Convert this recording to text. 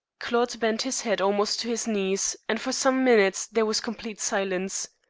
claude bent his head almost to his knees, and for some minutes there was complete silence.